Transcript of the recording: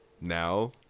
now